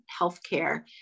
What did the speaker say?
healthcare